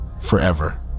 forever